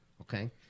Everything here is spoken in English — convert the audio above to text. okay